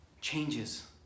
changes